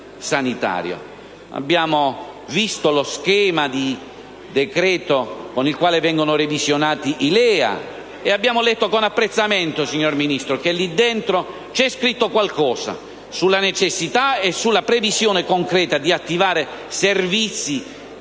Abbiamo visto lo schema di decreto con il quale vengono revisionati i LEA e abbiamo letto con apprezzamento, signor Ministro, che lì c'è scritto qualcosa sulla necessità e sulla previsione concreta di attivare servizi,